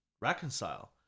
reconcile